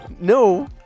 No